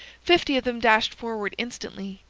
fifty of them dashed forward instantly,